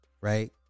right